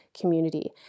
community